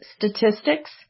Statistics